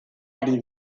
ari